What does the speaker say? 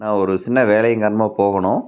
நான் ஒரு சின்ன வேலையின் காரணமாக போகணும்